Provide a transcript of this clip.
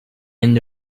end